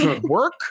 work